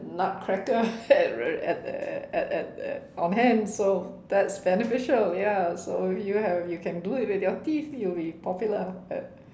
nutcracker at at at at at on hand so that's beneficial ya so you have you can do it with your teeth you will be popular at